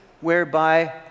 whereby